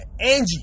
Angie